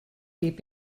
beth